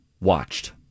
watched